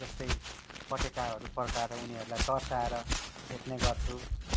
जस्तै पटेकाहरू पड्काएर उनीहरूलाई तर्साएर खेद्ने गर्छु